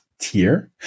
tier